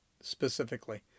specifically